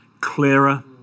clearer